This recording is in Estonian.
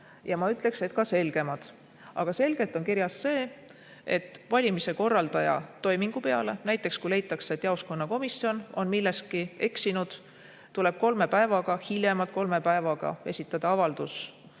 ja ma ütleksin, ka selgemad. Aga selgelt on kirjas see, et valimiste korraldaja toimingu peale, näiteks kui leitakse, et jaoskonnakomisjon on milleski eksinud, tuleb kolme päeva jooksul – hiljemalt kolme päeva jooksul – esitada avaldus